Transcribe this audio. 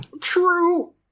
True